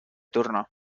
turno